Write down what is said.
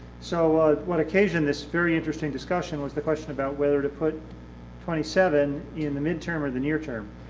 so what occasion this very interesting discussion was the question about whether to put twenty seven in the midterm or the near-term.